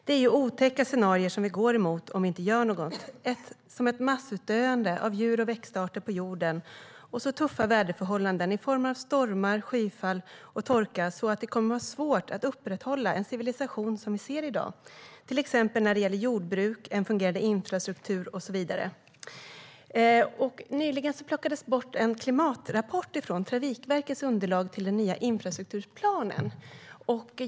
Det är otäcka scenarier vi går mot om vi inte gör något, som ett massutdöende av djur och växtarter på jorden och så tuffa väderförhållanden i form av stormar, skyfall och torka att det kommer att vara svårt att upprätthålla en civilisation som den vi ser i dag när det gäller till exempel jordbruk, en fungerande infrastruktur och så vidare. Nyligen plockades det bort en klimatrapport från Trafikverkets underlag till den nya infrastrukturplanen.